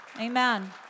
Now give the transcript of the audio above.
Amen